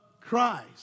Christ